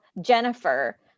Jennifer